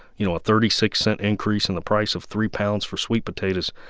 you know, a thirty six cent increase in the price of three pounds for sweet potatoes.